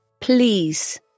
Please